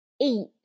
eat